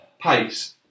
pace